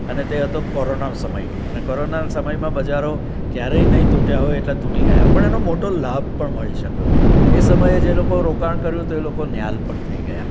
અને તે હતો કોરોનાનો સમય અને કોરોનાનો સમયમાં બજારો ક્યારેય નહીં તૂટ્યાં હોય એટલાં તૂટી ગયાં પણ એનો મોટો લાભ પણ મળી શક્યો એ સમયે જે લોકોએ રોકાણ કરેલું હતું એ લોકો ન્યાલ પણ થઈ ગયા